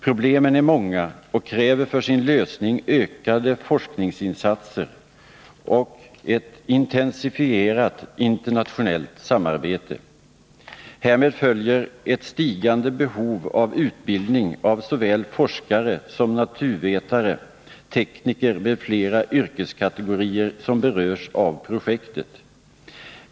Problemen är många och kräver för sin lösning ökade forskningsinsatser och ett intensifierat internationellt samarbete. Härmed följer ett stigande behov av utbildning av såväl forskare som naturvetare, tekniker m.fl. yrkeskategorier som berörs av projektet.